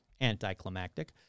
anticlimactic